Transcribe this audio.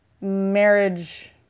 marriage